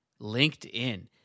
LinkedIn